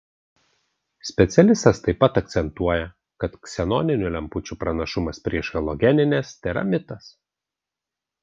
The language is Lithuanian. specialistas taip pat akcentuoja kad ksenoninių lempučių pranašumas prieš halogenines tėra mitas